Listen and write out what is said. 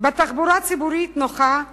בתחבורה ציבורית נוחה וזמינה,